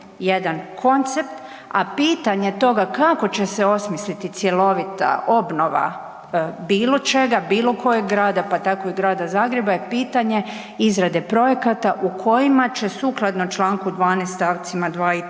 jedan koncept, a pitanje toga kako će se osmisliti cjelovita obnova bilo čega, bilo kojeg grada pa tako i Grada Zagreba je pitanje izrade projekata u kojima će sukladno Članku 12. stavcima 2. i 3.